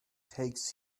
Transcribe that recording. takes